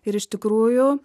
ir iš tikrųjų